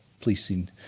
policing